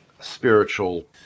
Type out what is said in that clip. spiritual